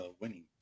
winning